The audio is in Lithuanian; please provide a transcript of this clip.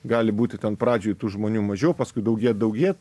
gali būti ten pradžioj tų žmonių mažiau paskui daugėt daugėt